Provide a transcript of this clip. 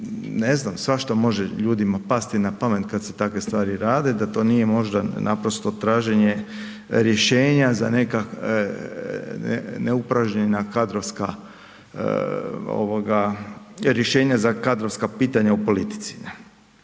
svašta može ljudima pasti na pamet kad se takve stvari rade da to nije možda naprosto traženje rješenja za neka neupražnjena kadrovska, rješenja za kadrovska pitanja u politici